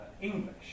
English